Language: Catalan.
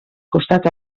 costat